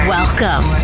Welcome